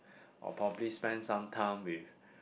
or probably spend some time with